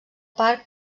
parc